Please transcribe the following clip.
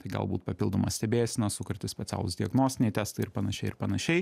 tai galbūt papildomos stebėsenos sukurti specialūs diagnostiniai testai ir panašiai ir panašiai